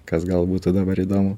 kas gal būtų dabar įdomu